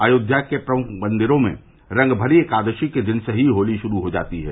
अयोध्या के प्रमुख मंदिरो में रंगभरी एकादशी के दिन से ही होली शुरू हो जाती है